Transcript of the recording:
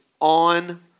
On